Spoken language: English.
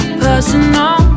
personal